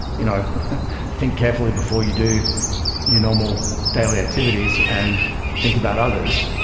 you know think carefully before you do your normal daily activities and think about others,